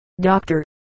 doctor